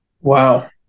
Wow